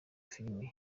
filimi